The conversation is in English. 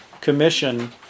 commission